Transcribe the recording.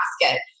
basket